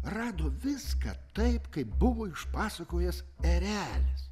rado viską taip kaip buvo išpasakojęs erelis